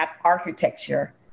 architecture